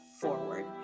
forward